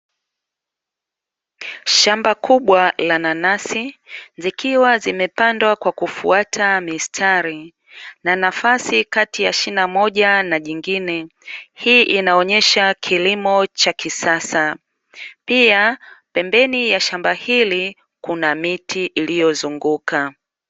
Shamba kubwa la nanasi, zikiwa zimepandwa kwa kufuata mistari na nafasi kati ya shina moja na jingine. Hii inaonyesha kilimo cha kisasa, pia pembeni ya shamba hili kuna miti iliyozunguka.